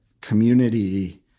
community